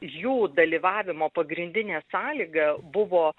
jų dalyvavimo pagrindinė sąlyga buvo